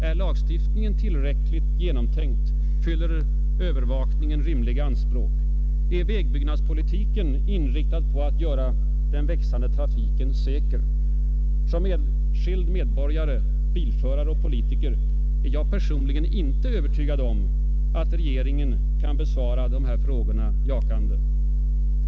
Är lagstiftningen tillräckligt genomtänkt? Fyller övervakningen rimliga anspråk? Är vägbyggnadspolitiken inriktad på att göra den växande trafiken säker? Som enskild medborgare, bilförare och politiker är jag personligen inte övertygad att regeringens företrädare kan besvara dessa frågor jakande.